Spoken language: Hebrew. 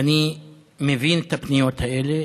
ואני מבין את הפניות האלה,